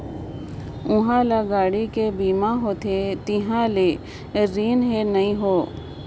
उहां ल गाड़ी के बीमा होथे तिहां ले रिन हें नई हों